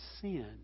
sin